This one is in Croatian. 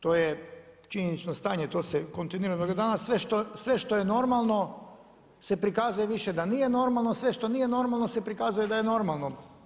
To je činjenično stanje, to se kontinuirano, jer danas sve što je normalno, se prikazuje da više nije normalno, sve što nije normalno, se prikazuje da je normalno.